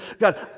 God